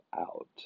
out